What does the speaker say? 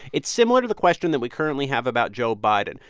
it's similar to the question that we currently have about joe biden.